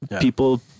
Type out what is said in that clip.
people